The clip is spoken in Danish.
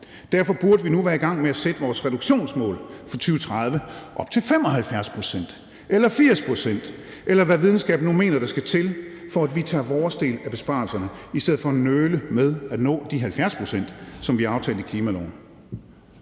Derfor burde vi nu være i gang med at sætte vores reduktionsmål for 2030 op til 75 pct. eller 80 pct., eller hvad videnskaben nu mener der skal til, for at vi tager vores del af besparelserne, i stedet for at nøle med at nå de 70 pct., som vi har aftalt i klimaloven.